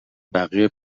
بقیه